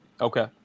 Okay